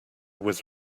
was